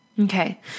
Okay